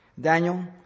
Daniel